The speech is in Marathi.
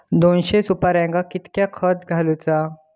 दोनशे सुपार्यांका कितक्या खत घालूचा?